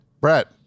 Brett